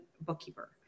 bookkeeper